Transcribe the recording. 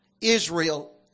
Israel